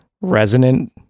resonant